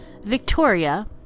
Victoria